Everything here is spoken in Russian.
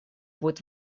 будет